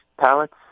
pallets